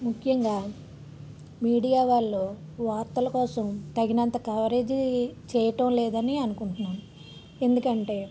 ముఖ్యంగా మీడియా వాళ్ళు వార్తల కోసం తగినంత కవరేజ్ చేయటం లేదని అనుకుంటున్నాను ఎందుకంటే